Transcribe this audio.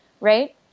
Right